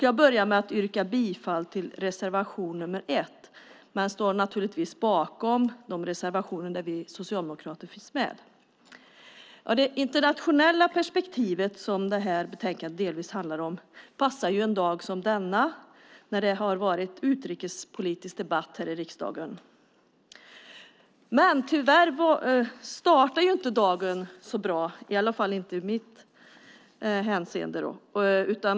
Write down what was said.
Jag börjar med att yrka bifall till reservation 1, men står naturligtvis bakom de reservationer där vi socialdemokrater finns med. Det internationella perspektiv som detta betänkande delvis handlar om passar en dag som denna när det har varit utrikespolitisk debatt här i riksdagen. Men tyvärr startade dagen inte så bra.